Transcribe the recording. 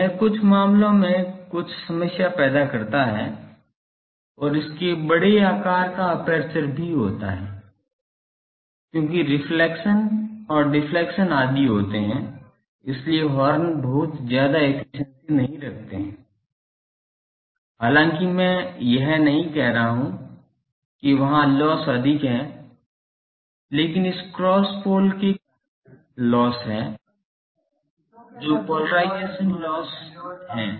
तो यह कुछ मामलों में कुछ समस्या पैदा करता है और इसमें बड़े आकार का एपर्चर भी होता है क्योंकि रिफ्लेक्शन और डिफ्लेक्शन आदि होते हैं इसलिए हॉर्न बहुत ज्यादा एफिशिएंसी नहीं रखते हैं हालांकि मैं यह नहीं कह रहा हूं कि वहाँ लोस्स अधिक है लेकिन इस क्रॉस पोल के कारण लोस्स हैं जो पोलेराइजेशन लोस्स हैं